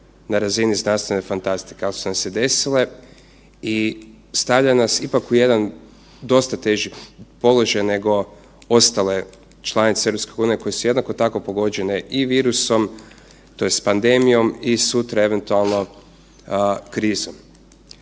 na razini znanstvene fantastike, ali su nam se desile i stavlja nas ipak u jedan dosta teži položaj nego ostale članice EU koje su jednako tako pogođene i virusom tj. pandemijom i sutra eventualno krizom.